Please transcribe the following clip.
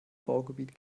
baugebiet